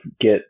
get